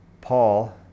Paul